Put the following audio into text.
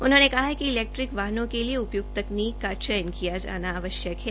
उन्होंने कहा कि ईैलक्ट्रोनिक वाहनों के लिए उपयुक्त तकनीक का चयन किया जाना आवश्यक है